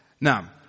Now